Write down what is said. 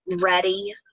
ready